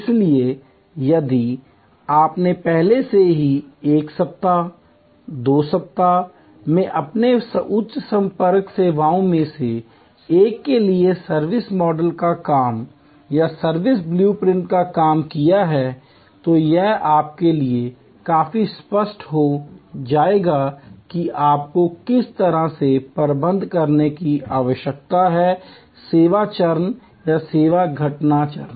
इसलिए यदि आपने पहले से ही 1 सप्ताह 2 सप्ताह में अपने उच्च संपर्क सेवाओं में से एक के लिए सर्विस मॉडल का काम या सर्विस ब्लू प्रिंट का काम किया है तो यह आपके लिए काफी स्पष्ट हो जाएगा कि आपको किस तरह से प्रबंधन करने की आवश्यकता है सेवा चरण या सेवा घटना चरण